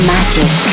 Magic